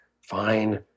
Fine